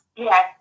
Yes